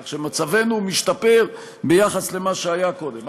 כך שמצבנו משתפר ביחס למה שהיה קודם.